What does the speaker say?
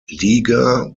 liga